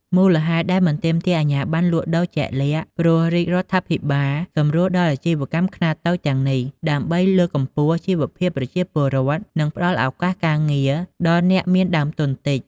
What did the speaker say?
មូលហេតុដែលមិនទាមទារអាជ្ញាប័ណ្ណលក់ជាក់លាក់ ព្រោះរាជរដ្ឋាភិបាលសម្រួលដល់អាជីវកម្មខ្នាតតូចទាំងនេះ ដើម្បីលើកកម្ពស់ជីវភាពប្រជាពលរដ្ឋ និងផ្តល់ឱកាសការងារដល់អ្នកមានដើមទុនតិច។